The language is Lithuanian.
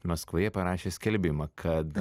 maskvoje parašė skelbimą kad